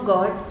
God